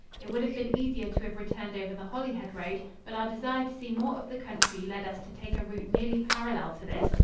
it would have been easier to have returned over the holyhead road, but our desire to see more of the country led us to take a route nearly parallel to this,